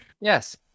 Yes